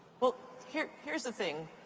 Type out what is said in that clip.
but here's here's the thing,